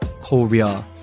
Korea